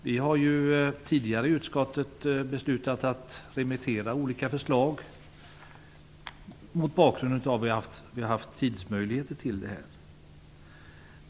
Vi har tidigare i utskottet beslutat att remittera olika förslag mot bakgrund av att vi har haft tid för det.